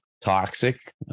toxic